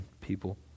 people